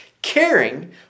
Caring